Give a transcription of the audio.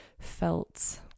felt